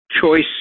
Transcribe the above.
choice